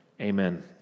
Amen